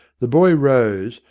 the boy rose,